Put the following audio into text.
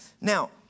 Now